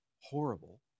horrible